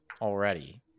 already